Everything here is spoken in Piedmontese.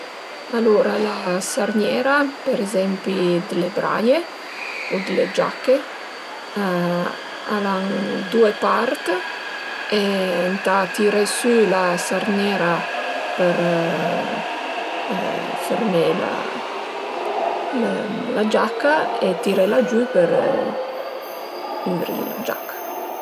Alura la sërniera per ezempi d'le braie u d'le giache al an due part e ëntà tiré sü la sërniera për fermé la giaca e tirela giü për üvrì la giaca